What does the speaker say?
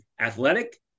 athletic